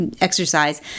exercise